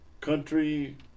country